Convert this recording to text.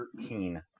Thirteen